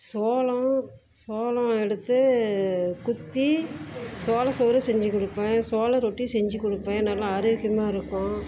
சோளம் சோளம் எடுத்து குத்தி சோள சோறு செஞ்சுக் கொடுப்பேன் சோள ரொட்டி செஞ்சுக் கொடுப்பேன் நல்லா ஆரோக்கியமாக இருக்கும்